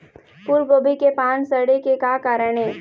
फूलगोभी के पान सड़े के का कारण ये?